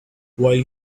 while